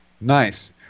Nice